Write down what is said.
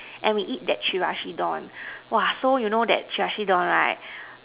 and we eat that Chirashi Don so you know that Chirashi Don right